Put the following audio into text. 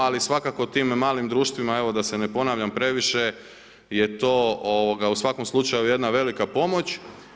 Ali svakako tim malim društvima, evo da se ne ponavljam previše je to u svakom slučaju jedna velika pomoć.